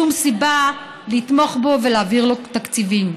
אין שום סיבה לתמוך בו ולהעביר לו תקציבים.